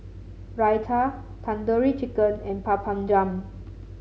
Raita Tandoori Chicken and Papadum